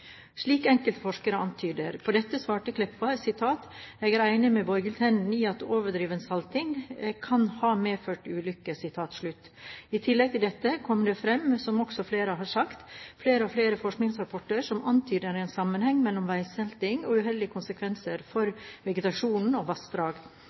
slik enkelte forskere antyder. På dette svarte Meltveit Kleppa: «Eg er einig med Borghild Tenden i at overdriven salting kan ha medført ulukker.» I tillegg til dette kommer det fram, som også flere har sagt, flere og flere forskningsrapporter som antyder en sammenheng mellom veisalting og uheldige konsekvenser